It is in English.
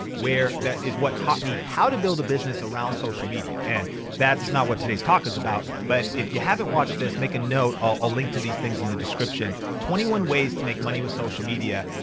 where that is what taught me how to build a business around social media. and that's not what today's talk is about. but if you haven't watched this, make a note, i'll link to these things in the description, twenty one ways to make money with social media,